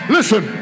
Listen